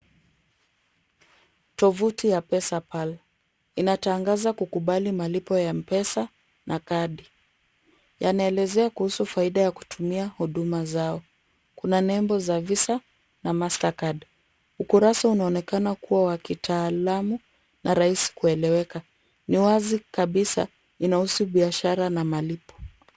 Tovuti ya pesa pal instangaza kukubali malipo ya M-pesa na kadi. Yanaelezea faida ya kutumia huduma zao, kuna nembo za Visa na Master Card .Ukurasa unaonekana kuwa wa kitaalamu na rahisi kueleweka. Ni wazi kabisa inahusu biashara na malipo.